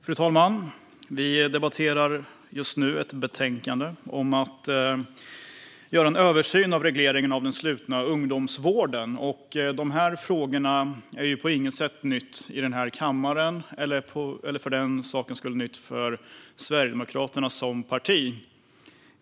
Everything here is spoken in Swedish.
Fru talman! Vi debatterar just nu ett betänkande om att göra en översyn av regleringen av den slutna ungdomsvården. Dessa frågor är på intet sätt nya i kammaren eller för Sverigedemokraterna som parti.